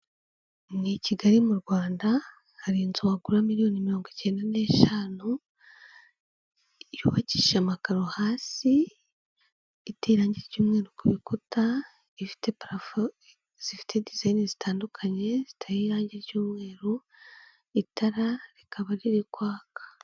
Ni i Kigali mu Rwanda hari inzu wagura miliyoni mirongo icyenda n'eshanu, yubakishije amakaro hasi, iteye irangi ry'umweru ku bikuta, ifite parafo zifite dizayini zitandukanye, ziteye irangi ry'umweru, itara rikaba riri kwaka.